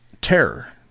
Terror